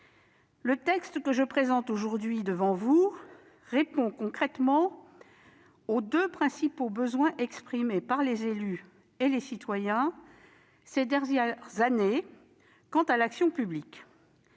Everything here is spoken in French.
Le texte que je présente aujourd'hui devant vous répond concrètement aux deux principaux besoins exprimés par les élus et les citoyens ces dernières années quant à l'action publique.